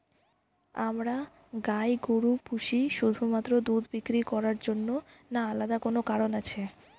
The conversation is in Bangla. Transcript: আমরা গাই গরু পুষি শুধুমাত্র দুধ বিক্রি করার জন্য না আলাদা কোনো কারণ আছে?